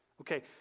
Okay